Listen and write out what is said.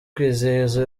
kwizihiza